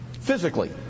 Physically